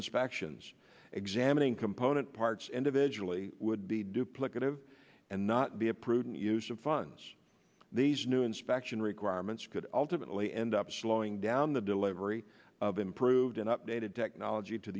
inspections examining component parts individually would be duplicative and not be a prudent use of funds these new inspection requirements could ultimately end up slowing down the delivery of improved and updated technology to